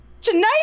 tonight